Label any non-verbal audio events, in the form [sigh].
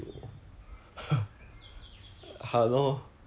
aunt~ aunty 有 aunty 的 style 的 different style [laughs]